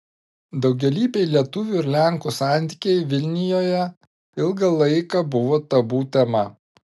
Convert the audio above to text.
daugialypiai lietuvių ir lenkų santykiai vilnijoje ilgą laiką buvo tabu tema